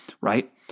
right